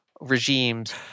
regimes